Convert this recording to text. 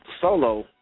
solo